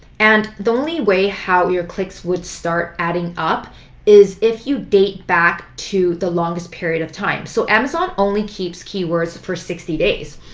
and the only way how your clicks would start adding up is if you date back to the longest period of time. so amazon only keeps keywords for sixty days.